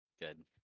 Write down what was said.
good